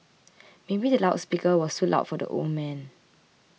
maybe the loud speaker was too loud for the old man